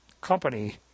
company